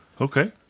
Okay